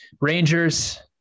Rangers